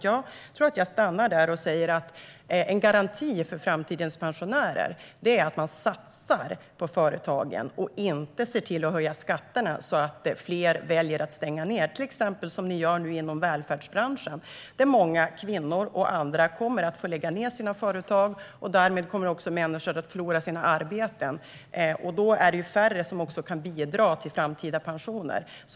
Jag tror att jag stannar där och säger att en garanti för framtidens pensionärer är att man satsar på företagen och inte höjer skatterna så att fler väljer att stänga ned. Så gör ni nu inom välfärdsbranschen. Många kvinnor och andra kommer att få lägga ned sina företag, och människor kommer därmed att förlora sina arbeten. Då är det färre som kan bidra till framtida pensioner.